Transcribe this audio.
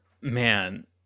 Man